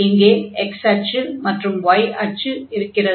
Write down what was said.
இங்கே x அச்சு மற்றும் y அச்சு இருக்கிறது